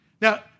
Now